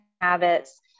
habits